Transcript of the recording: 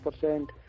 percent